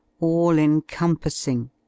all-encompassing